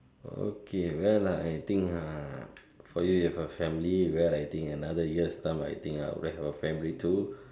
okay well ah I think uh for you you have a family well I think another year's time I think we have a family too